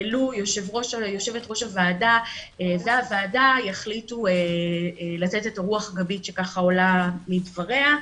לו יושבת ראש הוועדה והוועדה יחליטו לתת את הרוח הגבית שעולה מדבריה,